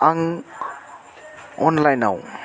आं अनलाइनाव